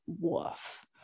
woof